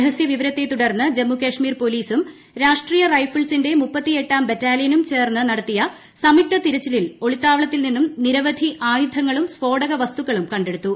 രഹസ്യ വിവരത്തെ തുടർന്ന് ജമ്മുകാശ്മീർ പോലീസും രാഷ്ട്രീയ റൈഫിൾസിന്റെ മുപ്പത്തിയെട്ടാം ബറ്റാലിയനും ചേർന്നു നടത്തിയ സംയുക്ത തിരച്ചിലിൽ ഒളിത്താവളത്തിൽ നിന്നും നിരവധി ആയുധങ്ങളും സ്ഫോടകവസ്തുക്കളും കണ്ടെടുത്തു